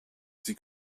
sie